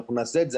אנחנו נעשה את זה.